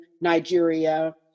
Nigeria